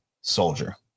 soldier